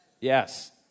Yes